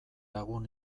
lagun